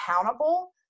accountable